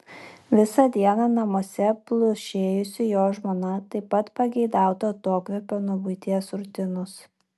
visą dieną namuose plušėjusi jo žmona taip pat pageidautų atokvėpio nuo buitinės rutinos